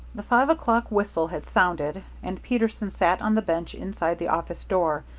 the five o'clock whistle had sounded, and peterson sat on the bench inside the office door,